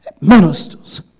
ministers